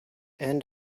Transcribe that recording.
end